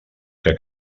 que